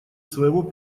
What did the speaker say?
своего